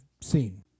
seen